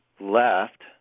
left